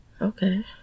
Okay